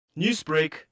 Newsbreak